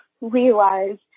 realize